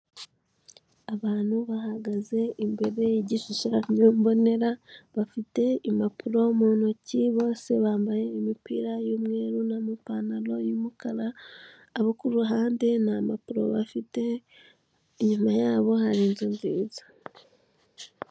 Abantu bahagaze imbere y'igishushanyo mbonera, bafite impapuro mu ntoki, bose bambaye imipira y'umweru n'amapantaro y'umukara, abo ku ruhande nta mpapuro bafite, inyuma yabo hari inzu nziza.